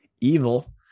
evil